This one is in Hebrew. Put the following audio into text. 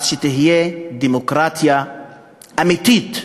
אז שתהיה דמוקרטיה אמיתית,